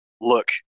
look